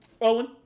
Owen